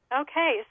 Okay